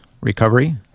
recovery